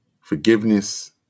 forgiveness